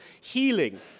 healing